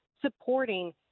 supporting